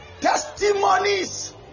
testimonies